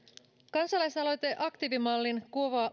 kansalaisaloite aktiivimallin